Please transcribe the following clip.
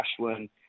Ashwin